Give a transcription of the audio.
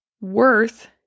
Worth